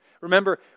Remember